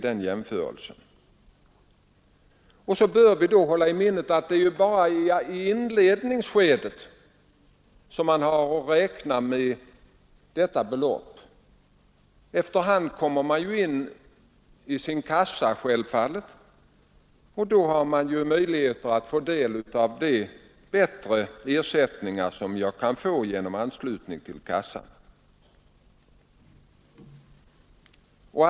Vi bör också hålla i minnet att det bara är i inledningsskedet som man har att räkna med detta belopp. Efter hand som arbetstagaren får en fastare anknytning till arbetsmarknaden har han möjlighet att komma in i en arbetslöshetskassa och där komma i åtnjutande av högre bidrag.